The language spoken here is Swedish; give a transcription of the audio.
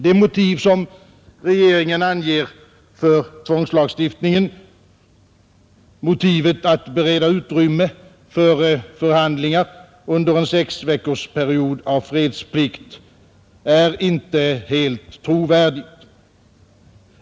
Det motiv, som regeringen anger för tvångslagstiftningen — motivet att bereda utrymme för förhandlingar under en sexveckorsperiod av fredsplikt — är inte helt trovärdigt.